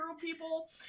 people